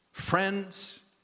friends